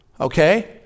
Okay